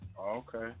Okay